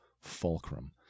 Fulcrum